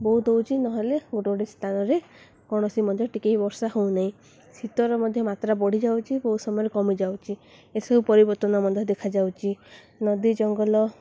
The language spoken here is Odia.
ବହୁତ ହେଉଛି ନହେଲେ ଗୋଟେ ଗୋଟେ ସ୍ଥାନରେ କୌଣସି ମଧ୍ୟ ଟିକେ ବର୍ଷା ହେଉନାହିଁ ଶୀତରେ ମଧ୍ୟ ମାତ୍ରା ବଢ଼ିଯାଉଛି ବହୁତ ସମୟରେ କମିଯାଉଛି ଏସବୁ ପରିବର୍ତ୍ତନ ମଧ୍ୟ ଦେଖାଯାଉଛି ନଦୀ ଜଙ୍ଗଲ